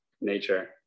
nature